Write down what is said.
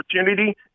opportunity